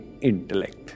intellect